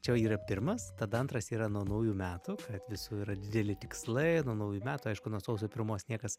čia yra pirmas tada antras yra nuo naujų metų kad visų yra dideli tikslai nuo naujųjų metų aišku nuo sausio pirmos niekas